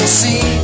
see